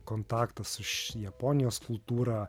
kontaktas iš japonijos kultūra